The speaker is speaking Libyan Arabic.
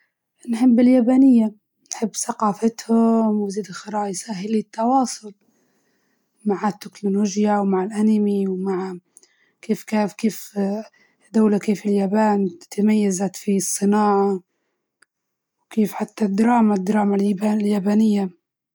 اليابانية لإني نحب ثجافتهم، وبزيادة تسهل علي نتواصل مع التكنولوجيا، والإنمي، والمانجا و كل الحاجات.